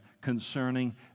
concerning